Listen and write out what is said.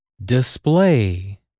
display